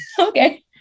okay